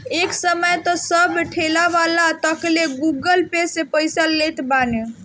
एक समय तअ सब ठेलावाला तकले गूगल पे से पईसा लेत बाने